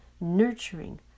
nurturing